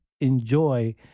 enjoy